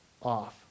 off